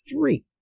three